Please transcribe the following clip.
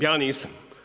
Ja nisam.